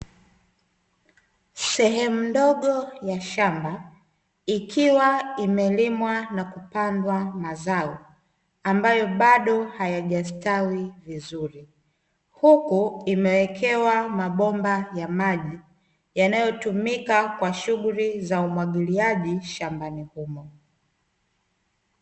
Sehemu ndogo ya shamba, ikiwa imelimwa na kupandwa mazao ambayo bado hayajastawi vizuri, huku imewekewa mabomba ya maji, yanayotumika kwa shughuli za umwagiliaji shambani humo.